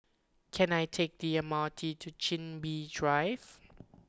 can I take the M R T to Chin Bee Drive